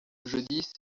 jeudi